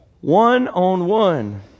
one-on-one